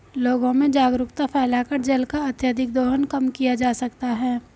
लोगों में जागरूकता फैलाकर जल का अत्यधिक दोहन कम किया जा सकता है